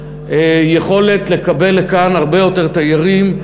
יכולת לקבל לכאן הרבה יותר תיירים,